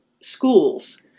schools